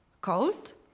cold